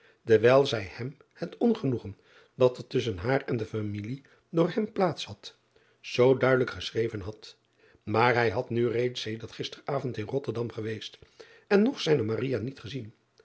dewijl zij hem het ongenoegen dat er tusschen haar en de familie door hem plaats had zoo duidelijk geschreven had aar hij had nu reeds sedert gister avond in otterdam geweest en nog zijne niet gezien